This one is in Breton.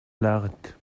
lâret